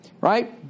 right